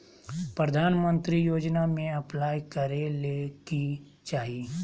प्रधानमंत्री योजना में अप्लाई करें ले की चाही?